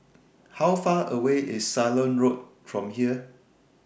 How Far away IS Ceylon Road from here